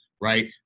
right